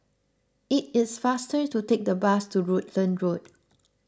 it is faster to take the bus to Rutland Road